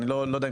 אני לא יודע,